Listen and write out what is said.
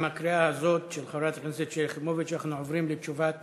עם הקריאה הזאת של חברת הכנסת שלי יחימוביץ אנחנו עוברים לתשובת